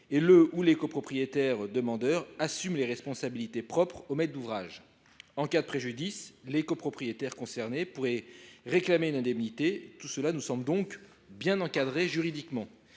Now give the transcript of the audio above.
le ou les copropriétaires demandeurs assumeraient les responsabilités propres au maître d’ouvrage. En cas de préjudice, les copropriétaires concernés pourraient réclamer une indemnité. Tout cela nous semble donc bien encadré juridiquement.